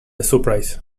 surprise